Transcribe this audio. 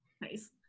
Nice